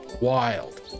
wild